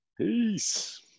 Peace